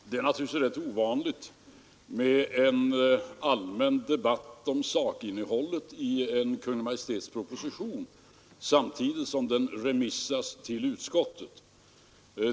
Herr talman! Det är naturligtvis rätt ovanligt med en allmän debatt om sakinnehållet i en Kungl. Maj:ts proposition samtidigt som den remitteras till utskott.